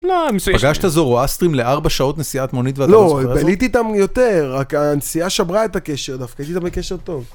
פגשת זורואסטרים לארבע שעות נסיעה מונית ואתה לא זוכר? לא, בליתי איתם יותר, רק הנסיעה שברה את הקשר, דווקא הייתי איתם בקשר טוב.